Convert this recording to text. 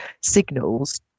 signals